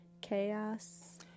chaos